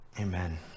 Amen